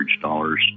dollars